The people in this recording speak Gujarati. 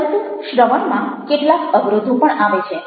પરંતુ શ્રવણમાં કેટલાક અવરોધો પણ આવે છે